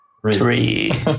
three